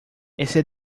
ese